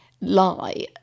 lie